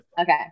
Okay